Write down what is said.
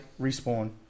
respawn